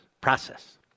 process